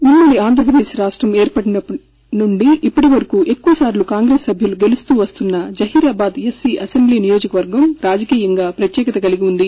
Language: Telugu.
ఉమ్మడి ఆంధ్రప్రదేక్ రాష్టం ఏర్పడినప్పటినుంచి ఇప్పటివరకు ఎక్కువసార్లు కాంగ్రెస్ సభ్యులు గెలుస్తూ వస్తున్న జహీరాబాద్ ఎస్సీ అసెంబ్లీ నియోజకవర్గం రాజకీయంగా ప్రత్యేకత కలిగి వుంది